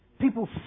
People